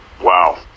Wow